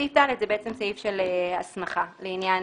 סעיף (ד) הוא סעיף של הסמכה לעניין